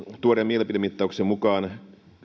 tuoreen mielipidemittauksen mukaan